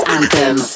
Anthem